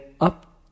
up